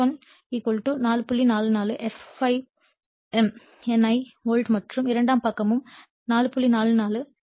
44 f ∅ m N1 volt மற்றும் இரண்டாம் பக்கமும் 4